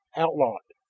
outlawed!